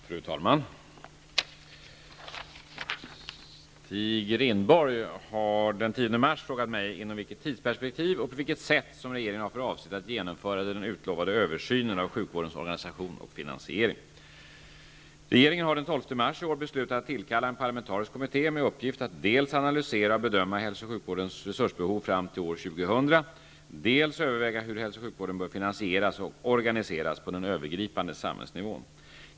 Fru talman! Stig Rindborg har den 10 mars frågat mig inom vilket tidsperspektiv och på vilket sätt som regeringen har för avsikt att genomföra den utlovade översynen av sjukvårdens organisation och finansiering. Regeringen har den 12 mars i år beslutat att tillkalla en parlamentarisk kommitté med uppgift att dels analysera och bedöma hälso och sjukvårdens resursbehov fram till år 2000, dels överväga hur hälso och sjukvården bör finansieras och organiseras på den övergripande samhällsnivån.